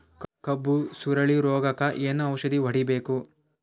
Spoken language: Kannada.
ಕಬ್ಬು ಸುರಳೀರೋಗಕ ಏನು ಔಷಧಿ ಹೋಡಿಬೇಕು?